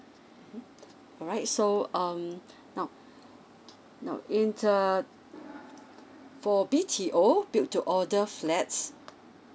mmhmm alright so um now now in err for B_T_O build to order flats